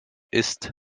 ist